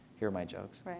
here are my jokes.